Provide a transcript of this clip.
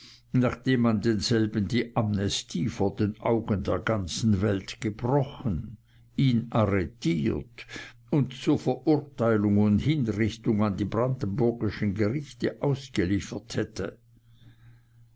nachdem man demselben die amnestie vor den augen der ganzen welt gebrochen ihn arretiert und zur verurteilung und hinrichtung an die brandenburgischen gerichte ausgeliefert hätte